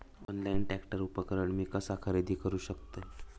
Online tractor उपकरण मी कसा खरेदी करू शकतय?